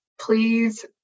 please